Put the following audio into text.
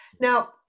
now